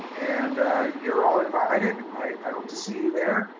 and you're all invited. i hope to see you there.